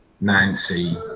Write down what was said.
Nancy